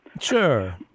Sure